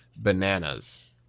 bananas